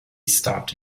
stopped